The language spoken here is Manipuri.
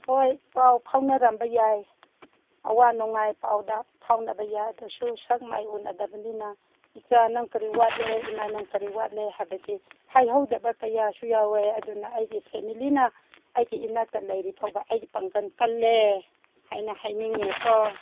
ꯍꯣꯏ ꯄꯥꯎ ꯐꯥꯎꯅꯔꯝꯕ ꯌꯥꯏ ꯑꯋꯥ ꯅꯨꯡꯉꯥꯏ ꯄꯥꯎꯗ ꯐꯥꯎꯅꯕ ꯌꯥꯏ ꯑꯗꯨꯁꯨ ꯁꯛ ꯃꯥꯏ ꯎꯅꯗꯕꯅꯤꯅ ꯏꯆꯥ ꯅꯪ ꯀꯔꯤ ꯋꯥꯠꯂꯦ ꯏꯃꯥ ꯅꯪ ꯀꯔꯤ ꯋꯥꯠꯂꯦ ꯍꯥꯏꯕꯁꯤ ꯍꯥꯏꯍꯧꯗꯕ ꯀꯌꯥꯁꯨ ꯌꯥꯎꯋꯦ ꯑꯗꯨꯅ ꯑꯩꯒꯤ ꯐꯦꯃꯂꯤꯅ ꯑꯩꯒꯤ ꯏꯅꯥꯛꯇ ꯂꯩꯔꯤ ꯐꯥꯎꯕ ꯑꯩꯒꯤ ꯄꯥꯡꯒꯟ ꯀꯜꯂꯦ ꯍꯥꯏꯅ ꯍꯥꯏꯅꯤꯡꯉꯦꯀꯣ